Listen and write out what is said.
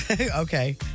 Okay